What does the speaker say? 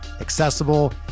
accessible